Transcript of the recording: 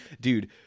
Dude